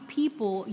people